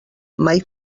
mai